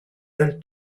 del